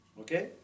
okay